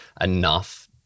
enough